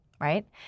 right